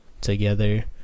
together